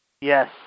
Yes